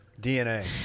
DNA